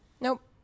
Nope